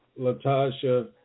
Latasha